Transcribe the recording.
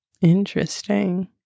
Interesting